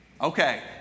Okay